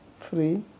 free